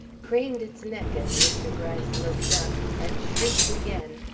craned its neck as mr. gryce looked up, and shrieked again,